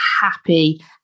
happy